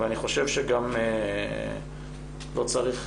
אני חושב שגם לא צריך